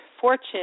fortune